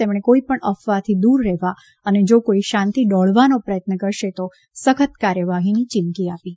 તેમણે કોઇપણ અફવાતી દૂર રહેવા અને જા કોઇ શાંતિ ડહોળવાનો પ્રયત્ન કરશે તો સખ્ત કાર્યવાહીની ચીમકી આપી હતી